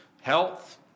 health